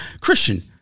Christian